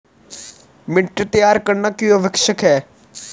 मिट्टी तैयार करना क्यों आवश्यक है?